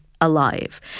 alive